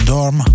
Dorm